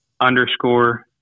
underscore